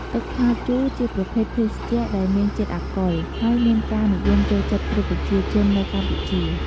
ទឹកត្នោតជូរជាប្រភេទភេសជ្ជៈដែលមានជាតិអាល់កុល ហើយមានការនិយមចូលចិត្តគ្រប់ប្រជាជននៅកម្ពុជា។